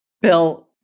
Bill